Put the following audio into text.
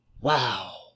Wow